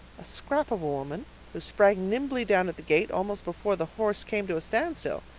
a scrap of a woman who sprang nimbly down at the gate almost before the horse came to a standstill.